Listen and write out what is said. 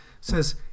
says